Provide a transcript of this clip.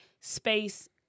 space